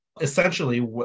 essentially